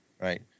right